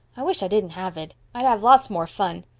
i wish i didn't have it. i'd have lots more fun.